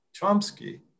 Chomsky